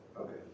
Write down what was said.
Okay